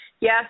Yes